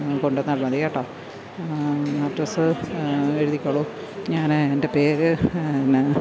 കൊണ്ട് വന്നാൽ മതി കേട്ടോ അഡ്രസ്സ് എഴുതിക്കോളൂ ഞാൻ എന്റെ പേര് ന്ന